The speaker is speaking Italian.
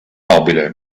nobile